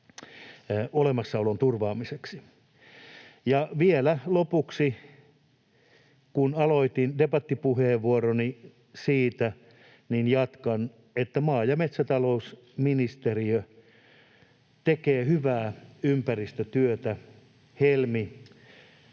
olemassaolon turvaamiseksi. Ja vielä lopuksi: Kun aloitin debattipuheenvuoroni siitä, niin jatkan, että maa‑ ja metsätalousministeriö tekee hyvää ympäristötyötä Helmi‑